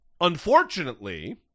Unfortunately